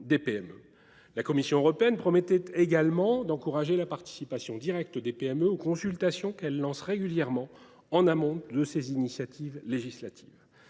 La Commission européenne promettait également d’encourager la participation directe des PME aux consultations qu’elle lance régulièrement en amont de ses initiatives législatives.